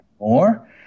more